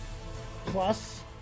Plus